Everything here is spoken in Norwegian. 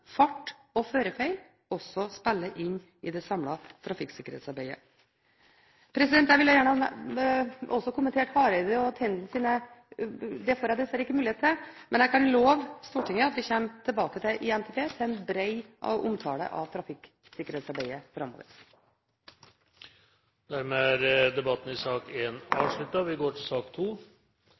fart og førerfeil spiller inn i det samlede trafikksikkerhetsarbeidet. Jeg ville også gjerne ha kommentert Hareides og Tendens innlegg. Det får jeg dessverre ikke mulighet til, men jeg kan love Stortinget at vi i NTP vil komme tilbake til en bred omtale av trafikksikkerhetsarbeidet framover. Debatten i sak nr. 1 er dermed avsluttet. Etter ønske fra kirke-, utdannings- og forskningskomiteen vil presidenten foreslå at taletiden begrenses til